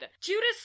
Judas